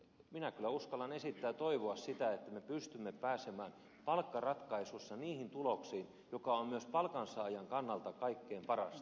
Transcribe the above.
minä kyllä uskallan esittää ja toivoa sitä että me pystymme pääsemään palkkaratkaisuissa niihin tuloksiin jotka ovat myös palkansaajan kannalta kaikkein parhaat